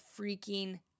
freaking